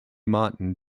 martin